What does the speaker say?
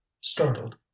startled